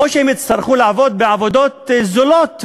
או שהם יצטרכו לעבוד בעבודות זולות,